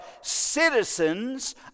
citizens